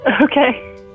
Okay